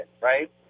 right